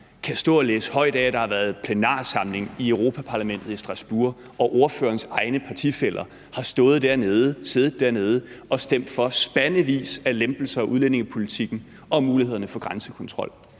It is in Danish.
kan stå og læse højt af, at der har været plenarsamling i Europa-Parlamentet i Strasbourg, og at ordførerens egne partifæller har siddet dernede og stemt for spandevis af lempelser af udlændingepolitikken og af mulighederne for grænsekontrol?